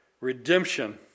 redemption